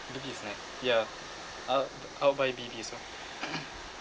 B_B is nice ya I'll I'll buy B_B also